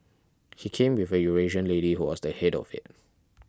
he came with a Eurasian lady who was the head of it